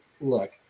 look